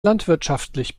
landwirtschaftlich